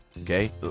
Okay